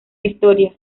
historia